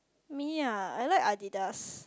me ah I like Adidas